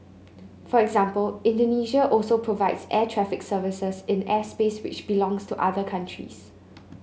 for example Indonesia also provides air traffic services in airspace which belongs to other countries